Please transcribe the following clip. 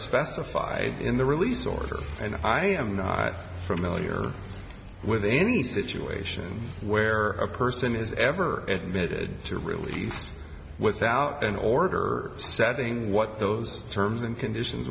specified in the release order and i am not familiar with any situation where a person is ever admitted to release without an order setting what those terms and conditions